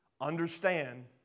Understand